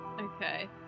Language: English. okay